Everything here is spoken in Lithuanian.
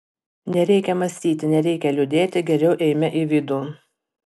nereikia mąstyti nereikia liūdėti geriau eime į vidų